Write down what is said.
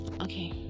okay